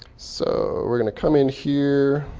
so we're going to come in here.